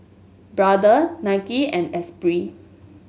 Brother Nike and Esprit